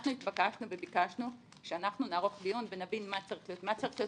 אנחנו התבקשנו וביקשנו שאנחנו נערוך דיון ונבין מה צריך להיות